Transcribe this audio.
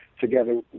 together